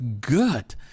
good